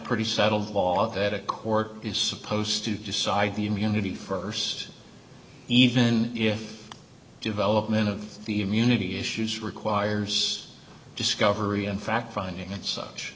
pretty settled law that a court is supposed to decide the immunity st even if development of the immunity issues requires discovery and fact finding and such